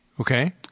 Okay